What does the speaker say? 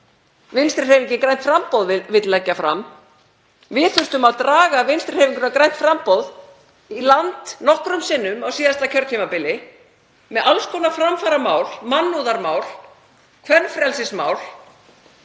Vinstrihreyfingin – grænt framboð vill leggja fram. Við þurftum að draga Vinstrihreyfinguna – grænt framboð í land nokkrum sinnum á síðasta kjörtímabili með alls konar framfaramál, mannúðarmál, kvenfrelsismál,